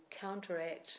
counteract